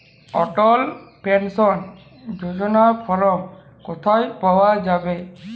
অটল pension যোজনার form কোথায় পাওয়া যাবে?